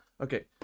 okay